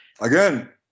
again